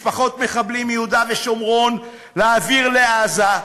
משפחות מחבלים מיהודה ושומרון להעביר לעזה,